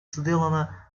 сделано